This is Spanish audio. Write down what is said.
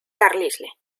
carlisle